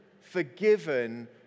forgiven